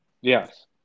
Yes